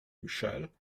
michelle